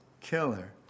killer